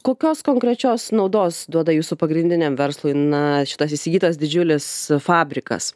kokios konkrečios naudos duoda jūsų pagrindiniam verslui na šitas įsigytas didžiulis fabrikas